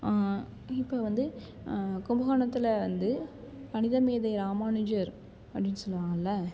இப்போ வந்து கும்பகோணத்தில் வந்து கணித மேதை ராமானுஜர் அப்படினு சொல்வாங்கள்ல